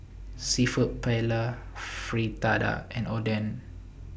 Seafood Paella Fritada and Oden